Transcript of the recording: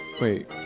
Wait